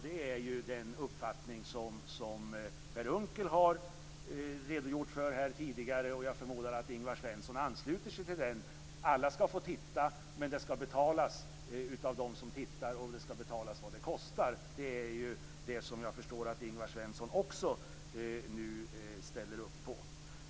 Det är den uppfattning som Per Unckel har redogjort för här tidigare, och jag förmodar att Ingvar Svensson ansluter sig till den. Att alla skall få titta, men att kostnaderna skall betalas av dem som tittar förstår jag att också Ingvar Svensson nu ställer upp på. Jag vill sedan ställa en fråga till Ingvar Svensson.